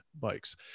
bikes